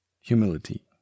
Humility